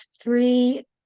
three